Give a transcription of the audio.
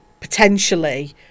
potentially